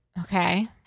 Okay